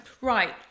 right